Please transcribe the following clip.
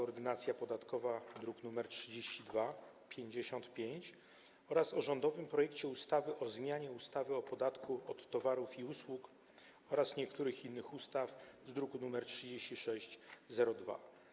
Ordynacja podatkowa, druk nr 3255, oraz o rządowym projekcie ustawy o zmianie ustawy o podatku od towarów i usług oraz niektórych innych ustaw z druku nr 3602.